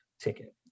ticket